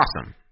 awesome